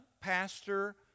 pastor